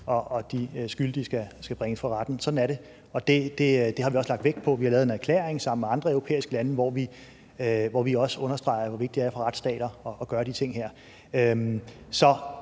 og de skyldige skal bringes for retten. Sådan er det. Det har vi også lagt vægt på. Vi har lavet en erklæring sammen med andre europæiske lande, hvor vi også understreger, hvor vigtigt det er for retsstater at gøre de ting her.